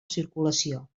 circulació